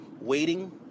waiting